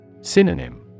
Synonym